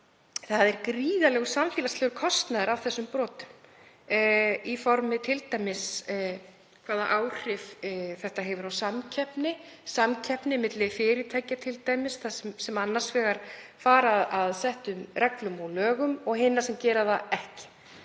það er gríðarlegur samfélagslegur kostnaður af þeim brotum í formi til að mynda hvaða áhrif þetta hefur á samkeppni milli fyrirtækja sem annars vegar fara að settum reglum og lögum og hinna sem gera það ekki.